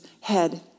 head